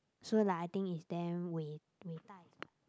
so like I think is them with with